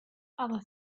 other